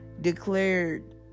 declared